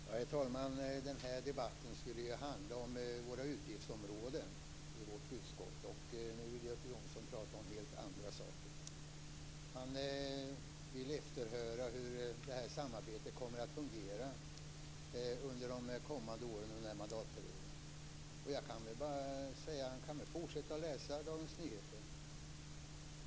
Herr talman! Den här debatten skulle ju handla om utgiftsområdena i vårt utskott. Nu vill Göte Jonsson prata om helt andra saker. Han vill efterhöra hur det här samarbetet kommer att fungera kommande år under denna mandatperiod. Jag kan väl bara säga att han kan fortsätta att läsa Dagens Nyheter.